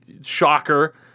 Shocker